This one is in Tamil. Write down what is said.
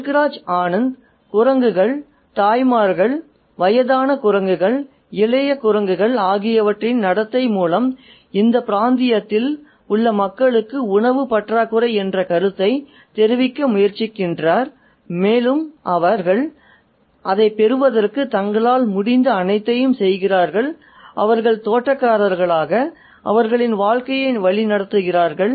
முல்க் ராஜ் ஆனந்த் குரங்குகள் தாய்மார்கள் வயதான குரங்குகள் இளைய குரங்குகள் ஆகியவற்றின் நடத்தை மூலம் இந்த பிராந்தியத்தில் உள்ள மக்களுக்கு உணவு பற்றாக்குறை என்ற கருத்தை தெரிவிக்க முயற்சிக்கின்றார் மேலும் அவர்கள் அதைப் பெறுவதற்கு தங்களால் முடிந்த அனைத்தையும் செய்கிறார்கள் அவர்கள் தோட்டக்காரர்களாக அவர்களின் வாழ்க்கையை வழிநடத்துகிறார்கள்